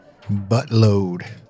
Buttload